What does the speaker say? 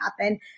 happen